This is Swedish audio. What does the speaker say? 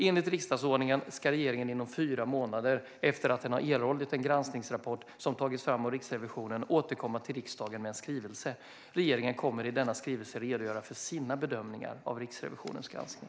Enligt riksdagsordningen ska regeringen inom fyra månader efter att den erhållit en granskningsrapport som tagits fram av Riksrevisionen återkomma till riksdagen med en skrivelse. Regeringen kommer i denna skrivelse att redogöra för sina bedömningar av Riksrevisionens granskning.